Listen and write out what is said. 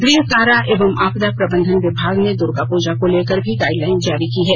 गृह कारा एवं आपदा प्रबंधन विभाग ने द्र्गा पूजा को लेकर भी गाइडलाईन जारी की है